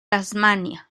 tasmania